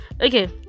okay